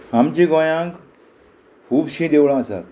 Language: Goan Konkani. आमची गोंयांक खुबशीं देवळां आसा